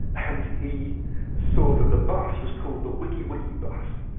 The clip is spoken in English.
and he saw that the bus was called the wiki wiki bus,